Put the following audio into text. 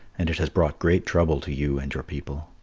and it has brought great trouble to you and your people.